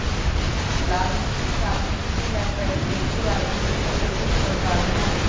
लाल मिट्टी, काली मिटटी, लैटराइट मिट्टी आदि मिट्टियों के कुछ प्रकार है